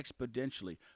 Exponentially